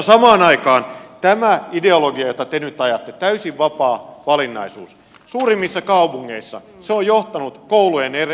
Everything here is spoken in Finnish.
samaan aikaan tämä ideologia jota te nyt ajatte täysin vapaa valinnaisuus on suurimmissa kaupungeissa johtanut koulujen eriytymiseen